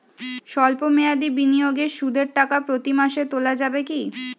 সল্প মেয়াদি বিনিয়োগে সুদের টাকা প্রতি মাসে তোলা যাবে কি?